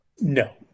No